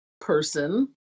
person